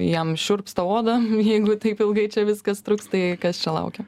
jam šiurpsta oda jeigu taip ilgai čia viskas truks tai kas čia laukia